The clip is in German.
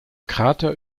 krater